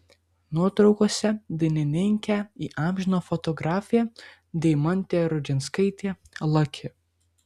nuotraukose dainininkę įamžino fotografė deimantė rudžinskaitė laki